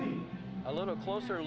be a little closer